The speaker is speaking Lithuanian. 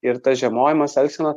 ir tas žiemojimas elgsena